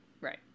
Right